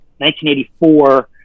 1984